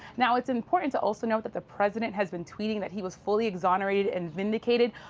now, it's important to also note that the president has been tweeting that he was fully exonerated and vindicated.